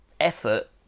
effort